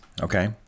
okay